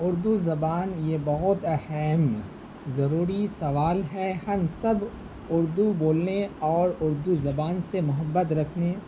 اردو زبان یہ بہت اہم ضروری سوال ہے ہم سب اردو بولنے اور اردو زبان سے محبت رکھنے